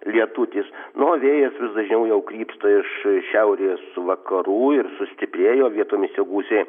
lietutis nu o vėjas vis dažniau krypsta iš šiaurės vakarų ir sustiprėjo vietomis jo gūsiai